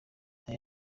aya